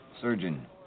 Surgeon